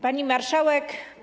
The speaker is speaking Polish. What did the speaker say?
Pani Marszałek!